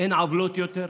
אין עוולות יותר,